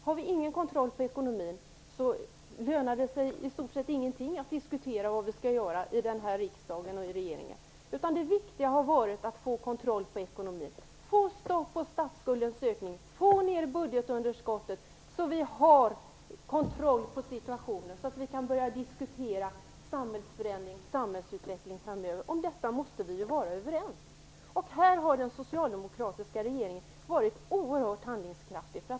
Har vi ingen kontroll lönar det sig i princip inte alls att diskutera vad vi skall göra i riksdagen och i regeringen. Det viktiga har varit att få kontroll på ekonomin. Det gäller att få stopp på statsskuldens ökning och få ned budgetunderskottet så att vi har situationen under kontroll, så att vi kan börja diskutera samhällsförändring och samhällsutveckling framöver. Om detta måste vi ju vara överens. Här har den socialdemokratiska regeringen varit oerhört handlingskraftig.